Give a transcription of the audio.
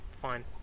fine